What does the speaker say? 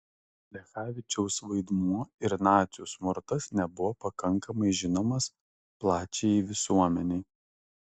plechavičiaus vaidmuo ir nacių smurtas nebuvo pakankamai žinomas plačiajai visuomenei